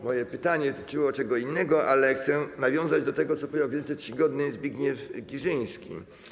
Moje pytanie tyczyło czego innego, ale chcę nawiązać do tego, co powiedział wielce czcigodny Zbigniew Girzyński.